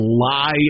lie